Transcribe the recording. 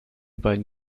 beiden